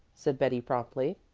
said betty promptly.